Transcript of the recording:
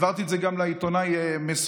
והעברתי את זה גם לעיתונאי מסוים,